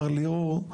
מר ליאור,